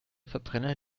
verbrenner